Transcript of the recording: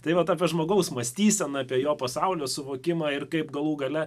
tai vat apie žmogaus mąstyseną apie jo pasaulio suvokimą ir kaip galų gale